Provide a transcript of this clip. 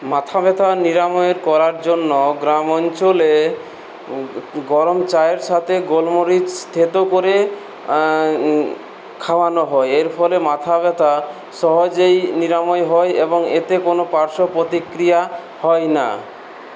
মাথা ব্যথা নিরাময় করার জন্য গ্রাম অঞ্চলে গরম চায়ের সাথে গোলমরিচ থেতো করে খাওয়ানো হয় এরফলে মাথা ব্যথা সহজেই নিরাময় হয় এবং এতে কোনো পার্শ্বপতিক্রিয়া হয় না